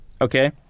Okay